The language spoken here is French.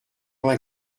vingt